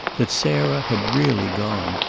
that sarah had really gone,